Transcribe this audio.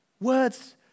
Words